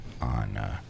on